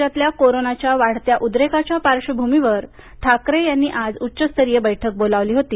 राज्यातल्या कोरोनाच्या वाढत्या उद्रेकाच्या पार्श्वभूमीवर ठाकरे यांनी आज उच्चस्तरीय बैठक बोलावली होती